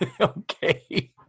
Okay